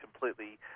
completely